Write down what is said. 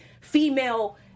female